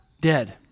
dead